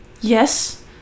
yes